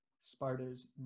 Sparta's